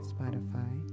Spotify